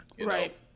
right